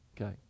Okay